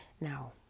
Now